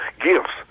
gifts